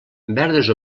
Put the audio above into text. verdes